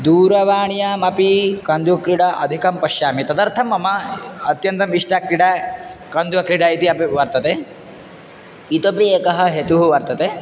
दूरवाण्यामपि कन्दुक्रीडा अधिकं पश्यामि तदर्थं मम अत्यन्तम् इष्टा क्रीडा कन्दुकक्रीडा इति अपि वर्तते इतोपि एकः हेतुः वर्तते